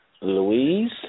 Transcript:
Louise